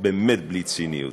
באמת, בלי ציניות,